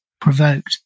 provoked